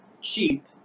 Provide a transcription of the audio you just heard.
cheap